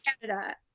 Canada